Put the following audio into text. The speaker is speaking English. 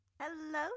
Hello